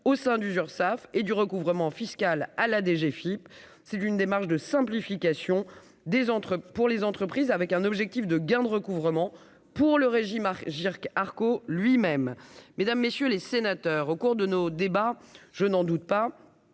au sein du Urssaf et du recouvrement fiscal à la DGFIP, c'est l'une démarche de simplification des entre, pour les entreprises, avec un objectif de gain de recouvrement pour le régime Agirc Arcco lui-même, mesdames, messieurs les sénateurs, au cours de nos débats, je n'en doute pas,